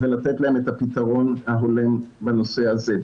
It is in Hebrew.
ולתת להם את הפתרון ההולם בנושא הזה.